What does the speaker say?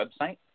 website